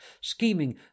scheming